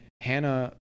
Hannah